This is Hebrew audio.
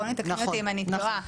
רונית, תקני אותי אם אני טועה.